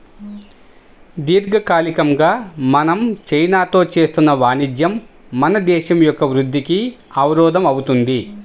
దీర్ఘకాలికంగా మనం చైనాతో చేస్తున్న వాణిజ్యం మన దేశం యొక్క వృద్ధికి అవరోధం అవుతుంది